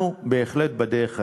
אנחנו בהחלט בדרך הנכונה.